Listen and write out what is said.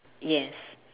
yes